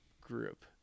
group